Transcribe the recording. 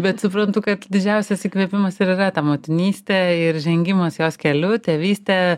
bet suprantu kad didžiausias įkvėpimas ir yra ta motinystė ir žengimas jos keliu tėvystė